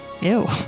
Ew